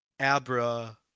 Abra